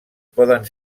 poden